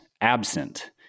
absent